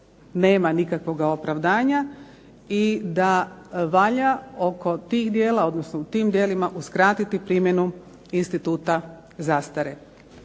nema nikakvoga opravdanja, i da valja oko tih djela, odnosno u tim djelima uskratiti primjenu instituta zastare.